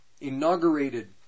inaugurated